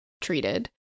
treated